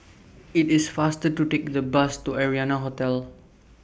IT IS faster to Take The Bus to Arianna Hotel